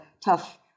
tough